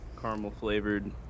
caramel-flavored